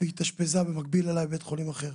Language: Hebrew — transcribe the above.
והתאשפזה במקביל אלי בבית חולים אחר.